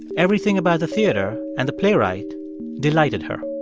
everything about the theater and the playwright delighted her